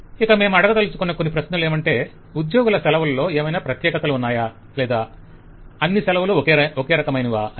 ఇక మేము అడగదలుచుకొన్న కొన్ని ప్రశ్నలేమంటే ఉద్యోగుల సెలవులలో ఏమైనా ప్రత్యేకతలు ఉన్నాయో లేదా అన్ని సెలవలూ ఒకేరకమైనవా అని